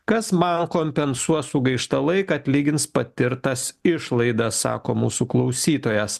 kas man kompensuos sugaištą laiką atlygins patirtas išlaidas sako mūsų klausytojas